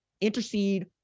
intercede